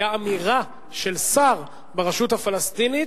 היתה אמירה של שר ברשות הפלסטינית,